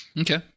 okay